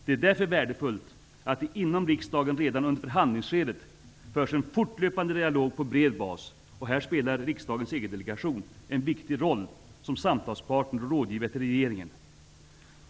Det är därför värdefullt att det inom riksdagen redan under förhandlingsskedet förs en fortlöpande dialog på bred bas. Här spelar riksdagens EG-delegation en viktig roll som samtalspartner och rådgivare till regeringen.